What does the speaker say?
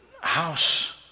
house